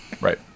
right